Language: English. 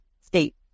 state